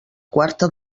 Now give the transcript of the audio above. quarta